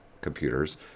computers